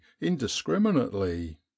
indiscriminately